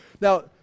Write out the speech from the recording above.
now